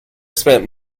spent